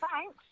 thanks